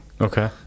Okay